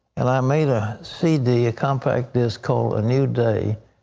and i made a c d, a compact disc, called a new day.